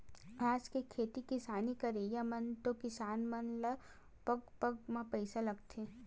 आज के खेती किसानी करई म तो किसान मन ल पग पग म पइसा लगथे